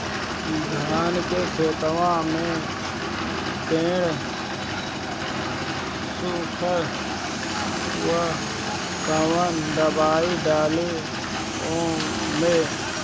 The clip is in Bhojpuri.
धान के खेतवा मे पेड़ सुखत बा कवन दवाई डाली ओमे?